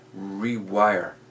rewire